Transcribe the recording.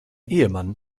ehemann